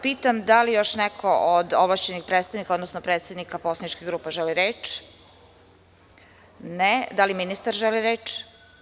Pitam da li još neko od ovlašćenih predstavnika odnosno predsednika poslaničkih grupa želi reč? (Ne) Da li ministar želi reč?